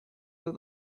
that